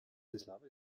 bratislava